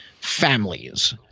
families